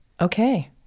okay